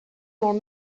molt